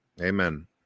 Amen